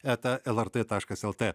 eta lrt taškas lt